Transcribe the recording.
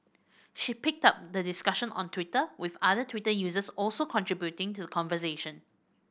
she picked up the discussion on Twitter with other Twitter users also contributing to conversation